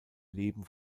leben